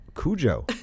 Cujo